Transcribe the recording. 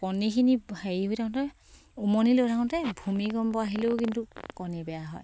কণীখিনি হেৰি হৈ থাকোঁতে উমনিলৈ থাকোঁতে ভূমিকম্প আহিলেও কিন্তু কণী বেয়া হয়